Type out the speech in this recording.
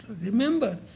remember